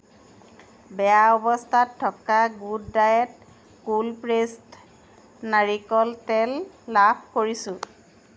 বেয়া অৱস্থাত থকা গুড ডায়েট কোল্ড প্ৰেছড নাৰিকল তেল লাভ কৰিছোঁ